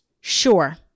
sure